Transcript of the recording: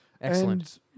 Excellent